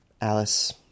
Alice